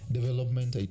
development